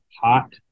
hot